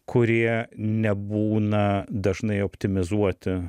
kurie nebūna dažnai optimizuoti